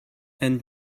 and